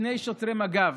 לשני שוטרי מג"ב